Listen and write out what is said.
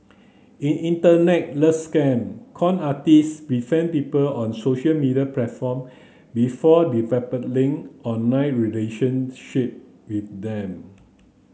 in Internet love scam con artist befriend people on social media platform before developing online relationship with them